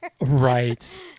Right